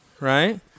Right